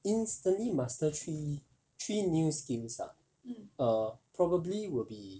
instantly master three three new skills ah err probably will be